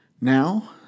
Now